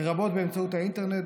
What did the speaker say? לרבות באמצעות האינטרנט,